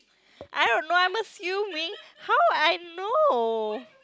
I don't know I'm assuming how I know